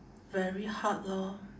very hard lor